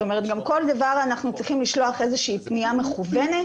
כל דבר אנחנו צריכים לשלוח פנייה מכוונת